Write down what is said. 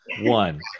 one